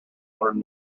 learn